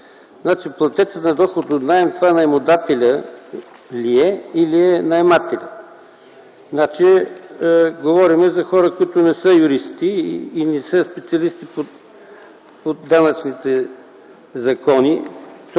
Платецът на доход от наем наемодателят ли е или е наемателят? Говорим за хора, които не са юристи и не са специалисти по данъчните закони.